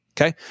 Okay